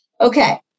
Okay